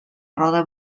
roda